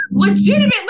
Legitimately